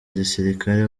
gisirikare